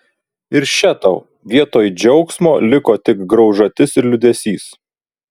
ir še tau vietoj džiaugsmo liko tik graužatis ir liūdesys